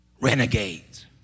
Renegades